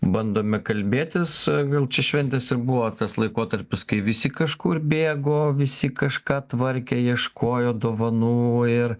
bandome kalbėtis gal čia šventės ir buvo tas laikotarpis kai visi kažkur bėgo visi kažką tvarkė ieškojo dovanų ir